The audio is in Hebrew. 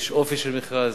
יש אופי של מכרז.